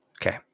okay